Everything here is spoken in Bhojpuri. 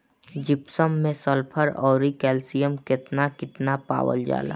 जिप्सम मैं सल्फर औरी कैलशियम कितना कितना पावल जाला?